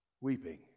Weeping